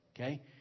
Okay